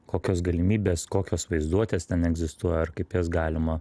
kokios galimybės kokios vaizduotės ten egzistuoja kaip jas galima